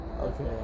Okay